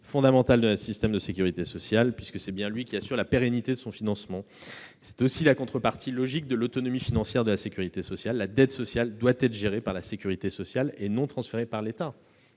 fondamental de notre système de sécurité sociale, puisqu'il assure la pérennité de son financement. C'est aussi la contrepartie logique de l'autonomie financière de la sécurité sociale : la dette sociale doit être gérée par la sécurité sociale et non pas transférée à l'État,